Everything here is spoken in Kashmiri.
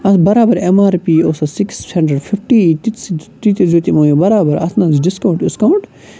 اَتھ برابر اٮ۪م آر پی یہِ اوس اَتھ سِکِس ہٮ۪نٛڈرَنٛڈ فِفٹی تِتسٕے تیٖتِس دیُت یِمو یہِ برابر اَتھ منٛز ڈِسکاوُںٛٹ وِسکاوُنٛٹ